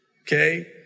okay